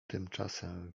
tymczasem